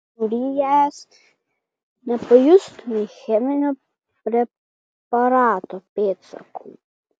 nurijęs nė nepajustumei cheminio preparato pėdsakų